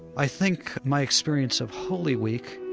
i think my experience of holy week,